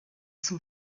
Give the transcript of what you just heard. son